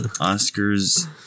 Oscar's